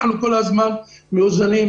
אנחנו כל הזמן מאוזנים,